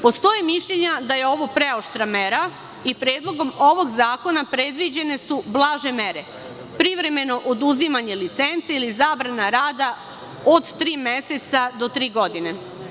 Postoji mišljenje da je ovo preoštra mera i Predlogom zakona predviđene su blaže mere – privremeno oduzimanje licence ili zabrana rada od tri meseca do tri godine.